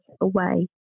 away